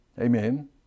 Amen